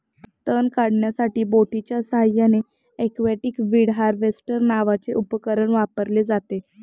तण काढण्यासाठी बोटीच्या साहाय्याने एक्वाटिक वीड हार्वेस्टर नावाचे उपकरण वापरले जाते